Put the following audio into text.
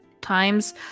times